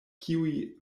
kiuj